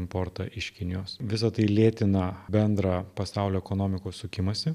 importą iš kinijos visa tai lėtina bendrą pasaulio ekonomikos sukimąsi